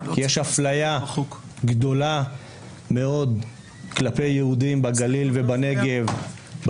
כי יש אפליה גדולה מאוד כלפי יהודים בגליל ובנגב,